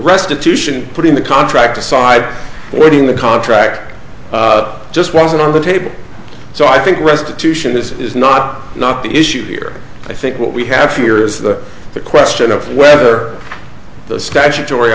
restitution put in the contract decide what in the contract just wasn't on the table so i think restitution is not not the issue here i think what we have here is the question of whether the statutory